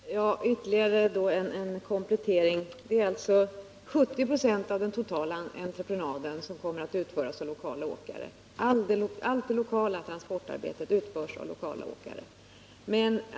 Herr talman! Ytterligare en komplettering: Det är alltså 70 96 av den totala entreprenaden som kommer att utföras av lokala åkare. Allt lokalt transportarbete utförs av lokala åkare.